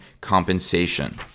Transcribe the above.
compensation